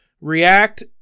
react